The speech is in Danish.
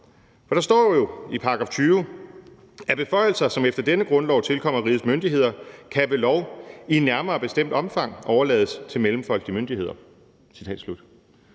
For der står jo i § 20: »Beføjelser, som efter denne grundlov tilkommer rigets myndigheder, kan ved lov i nærmere bestemt omfang overlades til mellemfolkelige myndigheder.«